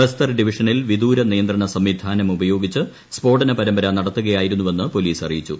ബസ്തർ ഡിവിഷനിൽ വിദൂര നിയന്ത്രണ സംവിധാനം ഉപയോഗിച്ച് സ്ഫോടന പരമ്പര നടത്തുകയായിരുന്നുവെന്ന് പോലീസ് അറിയിച്ചു